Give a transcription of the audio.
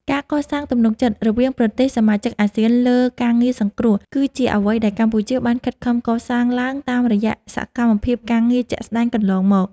ការកសាងទំនុកចិត្តរវាងប្រទេសសមាជិកអាស៊ានលើការងារសង្គ្រោះ គឺជាអ្វីដែលកម្ពុជាបានខិតខំកសាងឡើងតាមរយៈសកម្មភាពការងារជាក់ស្តែងកន្លងមក។